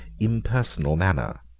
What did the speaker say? impersonal manner.